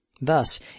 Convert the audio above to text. Thus